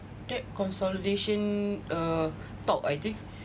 that consolidation uh talk I think